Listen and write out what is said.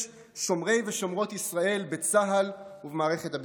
שומרי ושומרות ישראל בצה"ל ובמערכת הביטחון.